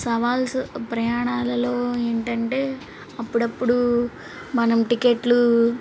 సవాల్సు ప్రయాణాలలో ఏంటంటే అప్పుడప్పుడు మనం టికెట్లు